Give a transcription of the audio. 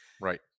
Right